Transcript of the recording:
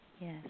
Yes